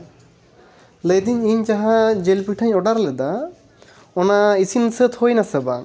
ᱞᱟᱹᱭᱤᱫᱟᱹᱧ ᱤᱧ ᱡᱟᱦᱟᱸ ᱡᱮᱹᱞ ᱯᱤᱴᱷᱟᱹᱧ ᱚᱰᱟᱨ ᱞᱮᱫᱟ ᱚᱱᱟ ᱤᱥᱤᱱ ᱥᱟᱹᱛ ᱦᱩᱭᱮᱱᱟ ᱥᱮ ᱵᱟᱝ